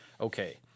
Okay